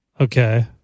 Okay